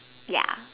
ya